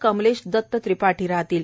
कमलेश दत्त त्रिपाठी राहतील